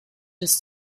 des